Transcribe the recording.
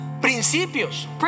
principios